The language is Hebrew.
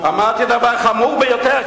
אמרתי דבר חמור ביותר,